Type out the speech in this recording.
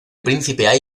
príncipe